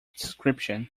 description